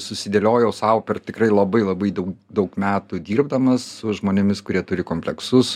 susidėliojau sau per tikrai labai labai daug daug metų dirbdamas su žmonėmis kurie turi kompleksus